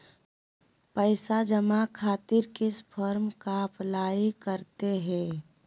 पैसा जमा खातिर किस फॉर्म का अप्लाई करते हैं?